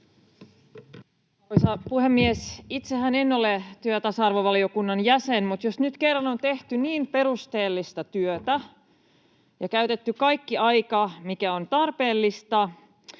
puhemies! Itsehän en ole työ- ja tasa-arvovaliokunnan jäsen, mutta jos nyt kerran on tehty niin perusteellista työtä ja käytetty kaikki aika, mikä on tarpeellista,